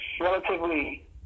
relatively